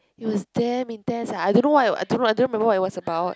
it was damn intense ah I don't know why I don't know I don't remember what it was about